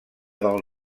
del